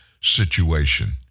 situation